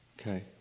Okay